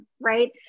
right